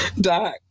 Doc